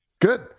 Good